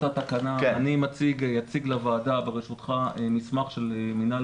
אני אציג לוועדה בראשותך מסמך של מינהל